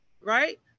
right